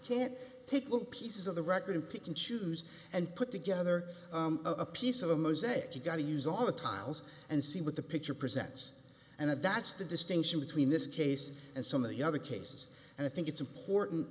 can't pick little pieces of the record and pick and choose and put together a piece of a mosaic you've got to use all the tiles and see what the picture presents and that's the distinction between this case and some of the other cases and i think it's important